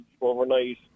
overnight